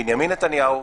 בנימין נתניהו,